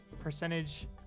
percentage